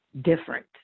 different